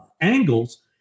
angles